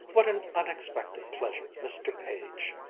what an unexpected pleasure, mr. page!